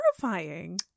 terrifying